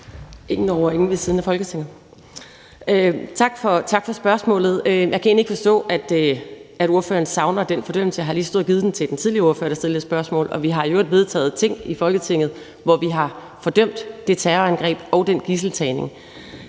Ingen over og ingen ved siden af Folketinget. Tak for spørgsmålet. Jeg kan egentlig ikke forstå, at ordføreren savner den fordømmelse. Jeg har lige stået og givet den til den tidligere ordfører, der stillede et spørgsmål. Vi har i øvrigt vedtaget ting i Folketinget, hvor vi har fordømt det terrorangreb og den gidseltagning.